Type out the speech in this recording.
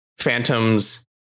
phantom's